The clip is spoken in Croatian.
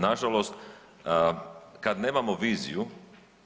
Na žalost kada nemamo viziju